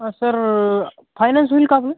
हा sir finance होईल का आपलं